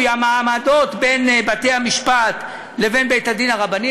המעמדות בין בתי-המשפט לבין בית-הדין הרבני,